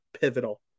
pivotal